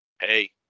hey